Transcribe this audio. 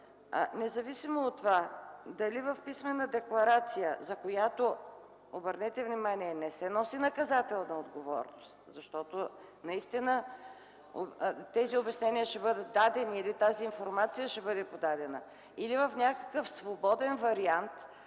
Независимо от това дали в писмена декларация, за която – обърнете внимание, не се носи наказателна отговорност, защото наистина тези обяснения или тази информация ще бъдат подадени, или в някакъв свободен вариант,